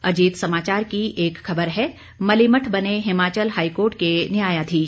अजीत समाचार की एक खबर है मलिमठ बने हिमाचल हाईकोर्ट के न्यायाधीश